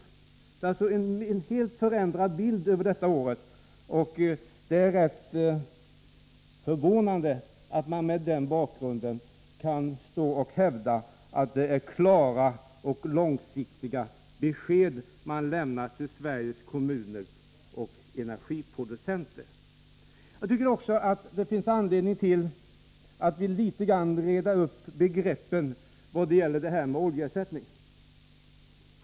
Det är alltså en helt förändrad bild efter detta år. Det är rätt förvånande att man mot denna bakgrund kan hävda att det är klara och långsiktiga besked man lämnar till Sveriges kommuner och energiproducenter. Det finns också anledning att reda ut begreppen i vad gäller oljeersättningen.